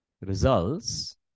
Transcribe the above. Results